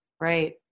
Right